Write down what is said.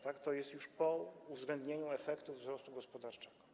To jest już po uwzględnieniu efektów wzrostu gospodarczego.